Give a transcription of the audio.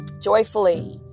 joyfully